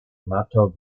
mato